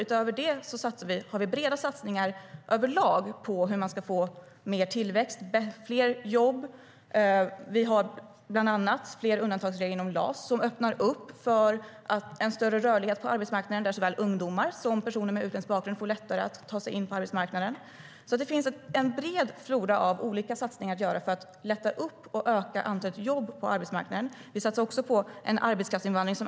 Utöver det har vi breda satsningar överlag på hur man ska få mer tillväxt och fler jobb. Vi har bland annat fler undantagsregler inom LAS som öppnar för större rörlighet på arbetsmarknaden så att såväl ungdomar som personer med utländsk bakgrund får lättare att ta sig in på arbetsmarknaden. Det finns alltså en bred flora av satsningar för att lätta upp på arbetsmarknaden och öka antalet jobb. Vi satsar också på reglerad arbetskraftsinvandring.